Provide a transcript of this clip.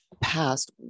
past